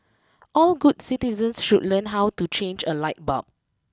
all good citizens should learn how to change a light bulb